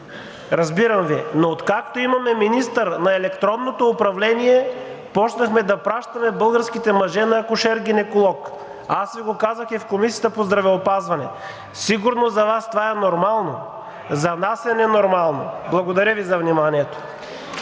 разбирам Ви, но откакто имаме министър на електронното управление, почнахме да пращаме българските мъже на акушер-гинеколог. Аз Ви го казах и в Комисията по здравеопазване, сигурно за Вас това е нормално, за нас е ненормално. Благодаря Ви за вниманието.